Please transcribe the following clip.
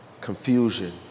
confusion